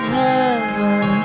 heaven